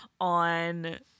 on